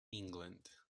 england